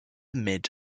mid